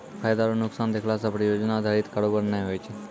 फायदा आरु नुकसान देखला से परियोजना अधारित कारोबार नै होय छै